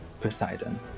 Poseidon